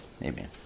amen